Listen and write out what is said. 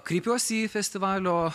kreipiuosi į festivalio